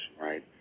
right